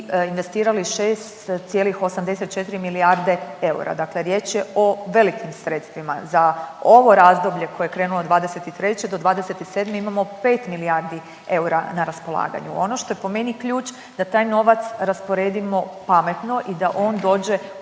investirali 6,84 milijarde eura, dakle riječ je o velikim sredstvima. Za ovo razdoblje koje je krenulo '23.-'27. imamo pet milijardi eura na raspolaganju. Ono što je po meni ključ da taj novac rasporedimo pametno i da on dođe u